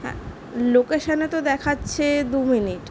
হ্যাঁ লোকেশানে তো দেখাচ্ছে দু মিনিট